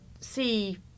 see